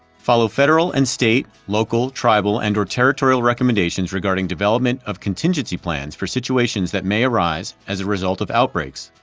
follow federal and state, local, tribal and or territorial recommendations regarding development of contingency plans for situations that may arise as a result of outbreaks,